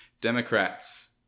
Democrats